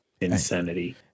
Insanity